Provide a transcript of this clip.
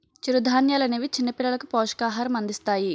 చిరుధాన్యాలనేవి చిన్నపిల్లలకు పోషకాహారం అందిస్తాయి